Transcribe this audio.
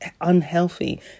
unhealthy